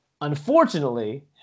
unfortunately